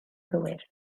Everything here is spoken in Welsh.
gywir